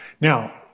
Now